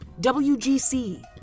WGC